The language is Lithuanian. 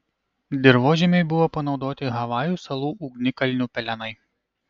dirvožemiui buvo panaudoti havajų salų ugnikalnių pelenai